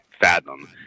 fathom